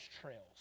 trails